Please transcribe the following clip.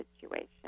situation